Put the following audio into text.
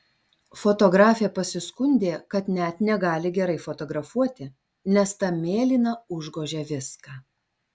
fotografė pasiskundė kad net negali gerai fotografuoti nes ta mėlyna užgožia viską